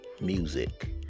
music